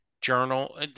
journal